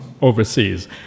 overseas